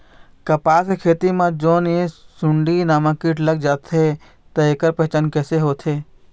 कपास के खेती मा जोन ये सुंडी नामक कीट लग जाथे ता ऐकर पहचान कैसे होथे?